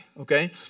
okay